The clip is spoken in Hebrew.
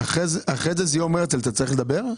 אז אתה חייב להמשיך לדון על זה.